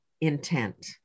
intent